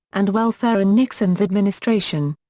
and welfare in nixon's administration.